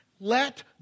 Let